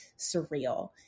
surreal